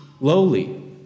lowly